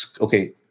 Okay